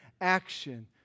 action